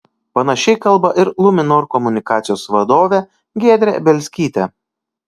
panašiai kalba ir luminor komunikacijos vadovė giedrė bielskytė